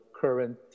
current